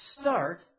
start